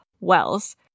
Wells